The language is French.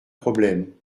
problème